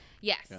Yes